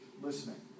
listening